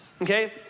okay